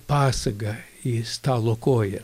pasagą į stalo koją